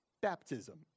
Baptism